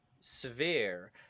severe